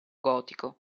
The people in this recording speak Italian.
gotico